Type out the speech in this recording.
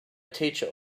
teacher